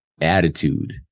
attitude